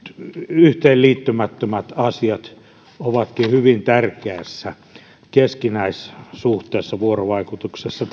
yhteen liittymättömät asiat ovatkin hyvin tärkeässä keskinäissuhteessa vuorovaikutuksessa